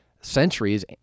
centuries